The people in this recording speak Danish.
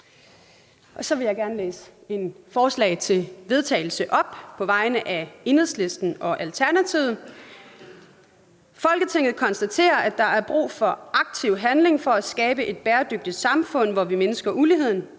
Så vil jeg gerne læse et forslag til vedtagelse op på vegne af Enhedslisten og Alternativet: Forslag til vedtagelse »Folketinget konstaterer, at der er brug for aktiv handling for at skabe et bæredygtigt samfund, hvor vi mindsker uligheden,